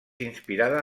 inspirada